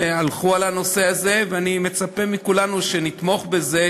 שהלכו על הנושא הזה, ואני מצפה מכולנו שנתמוך בזה